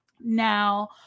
Now